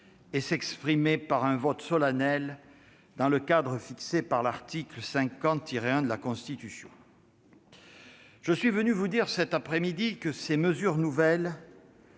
et s'exprimer par un vote solennel dans le cadre fixé par l'article 50-1 de la Constitution. Je suis venu vous dire cet après-midi que ces mesures nouvelles